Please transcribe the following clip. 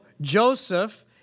Joseph